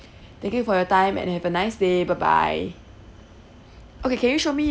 thank you for your time and have a nice day bye bye okay can you show me